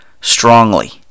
Strongly